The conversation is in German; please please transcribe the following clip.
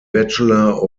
bachelor